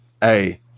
Hey